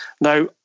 Now